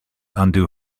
undo